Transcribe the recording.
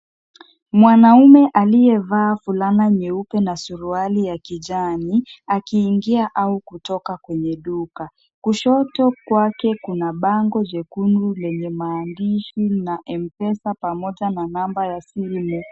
Mwanaume aliyevaa fulana nyeupe na suruali ya kijani akiingia au kutoka kwenye duka. Kushoto kwake kuna bango jekundu lenye maandishi na M-Pesa pamoja na namba ya simu.